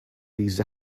these